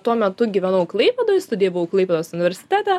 tuo metu gyvenau klaipėdoj studijavau klaipėdos universitete